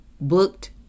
booked